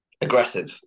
Aggressive